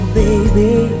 baby